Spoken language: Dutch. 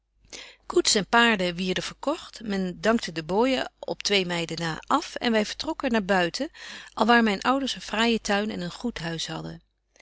koets en paarden wierden verkogt men dankte de boojen op twee meiden na af en wy vertrokken naar buiten alwaar myn ouders een fraaijen tuin en een goed huis hadden